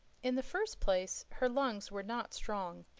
in the first place, her lungs were not strong.